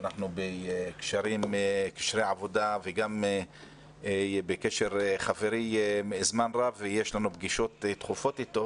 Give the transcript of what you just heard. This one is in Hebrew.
אנחנו בקשרי עבודה וגם בקשר חברי זמן רב ויש לנו פגישות תכופות אתו